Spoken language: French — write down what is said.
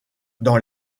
dans